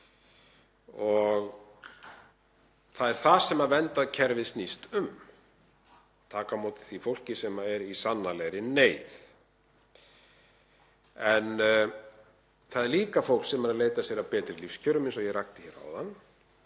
Þetta er það sem verndarkerfið snýst um, að taka á móti því fólki sem er í sannanlegri neyð. Það er líka fólk sem er að leita sér að betri lífskjörum, eins og ég rakti hér áðan,